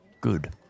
Good